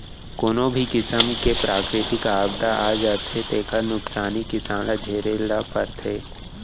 कोनो भी किसम के पराकिरितिक आपदा आ जाथे तेखर नुकसानी किसान ल झेले ल परथे